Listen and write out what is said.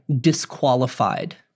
disqualified